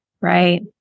Right